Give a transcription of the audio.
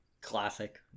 Classic